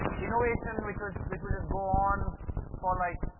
innovation, which was which will just go on for like,